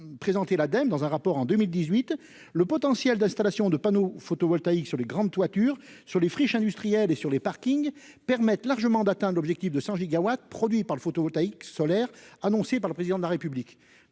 par l'Ademe en 2018, le potentiel d'installation de panneaux photovoltaïques sur les grandes toitures, sur les friches industrielles et sur les parkings permet largement d'atteindre l'objectif de 100 gigawatts pour l'énergie photovoltaïque qu'a fixé le président de la République.